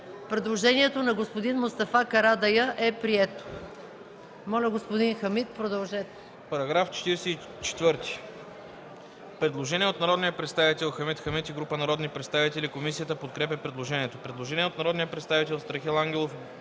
Предложението на господин Мустафа Карадайъ е прието. Моля, господин Хамид, продължете. ДОКЛАДЧИК ХАМИД ХАМИД: По § 44 има предложение от народния представител Хамид Хамид и група народни представители. Комисията подкрепя предложението. Предложение от народния представител Страхил Ангелов